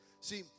See